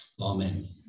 amen